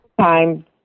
time